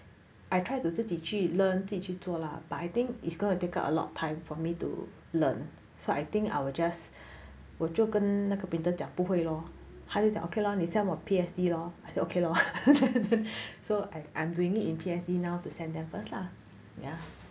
I tried to 自己去 learn 自己去做啦 but I think it's going to take up a lot of time for me to learn so I think I'll just 我就跟那个 printer 讲不会 lor 他就讲 okay lor send 我 P_S_D lor I say okay lor so I'm doing it in P_S_D now to send them first lah ya